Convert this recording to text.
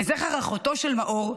לזכר אחותו של מאור,